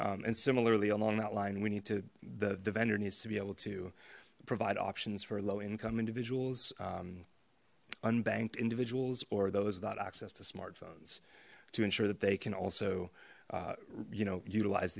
otherwise and similarly along that line we need to the the vendor needs to be able to provide options for low income individuals unbanked individuals or those without access to smartphones to ensure that they can also you know utilize